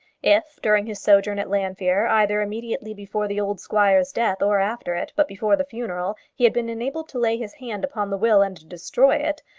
if, during his sojourn at llanfeare, either immediately before the old squire's death or after it, but before the funeral, he had been enabled to lay his hand upon the will and destroy it,